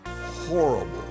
horrible